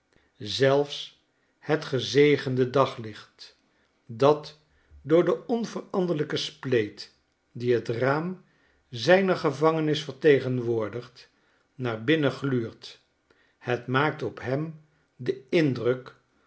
zelfs het gezegende daglicht dat door de onveranderlijke spleet die het raarh zijner gevangenis vertegenwoordigt naar binnen gluurt het maakt op hem den indrukofhij